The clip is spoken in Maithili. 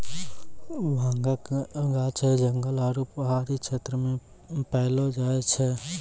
भांगक गाछ जंगल आरू पहाड़ी क्षेत्र मे पैलो जाय छै